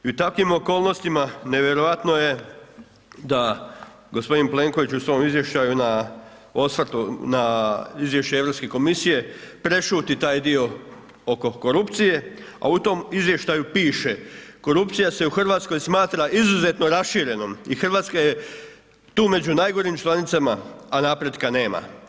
I u takvim okolnostima nevjerojatno je da gospodin Plenković u svom izvještaju na osvrtu, na izvješće Europske komisije prešuti taj dio oko korupcije a u tom izvještaju piše, korupcija se u Hrvatskoj smatra izuzetno raširenom i Hrvatska je tu među najgorim članicama a napretka nema.